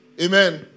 Amen